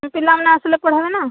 ପିଲାମାନେ ଆସିଲେ ପଢ଼ାଇବେ ନା